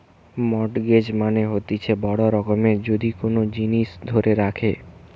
mortgage মানে হতিছে বড় রকমের যদি কোন জিনিস ধরে রাখে